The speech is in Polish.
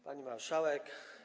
Pani Marszałek!